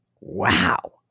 Wow